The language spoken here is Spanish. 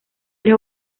tres